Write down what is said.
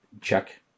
check